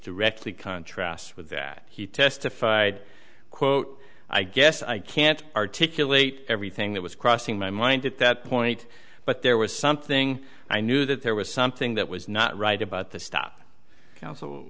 directly contrasts with that he testified quote i guess i can't articulate everything that was crossing my mind at that point but there was something i knew that there was something that was not right about the stop counsel